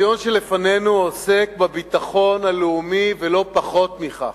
הדיון שלפנינו עוסק בביטחון הלאומי ולא פחות מכך.